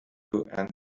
and